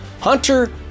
Hunter